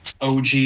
OG